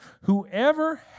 Whoever